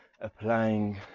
applying